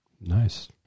Nice